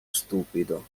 stupido